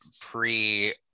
pre